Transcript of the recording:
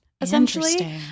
essentially